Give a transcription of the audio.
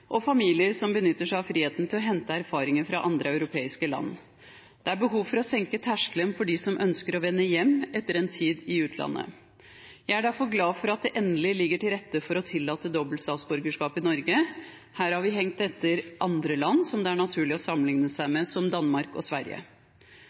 og familier som benytter seg av friheten til å hente erfaringer fra andre europeiske land. Det er behov for å senke terskelen for dem som ønsker å vende hjem etter en tid i utlandet. Jeg er derfor glad for at det endelig ligger til rette for å tillate dobbelt statsborgerskap i Norge. Her har vi hengt etter andre land som det er naturlig å sammenligne seg